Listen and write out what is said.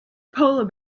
polar